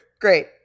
Great